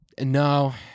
no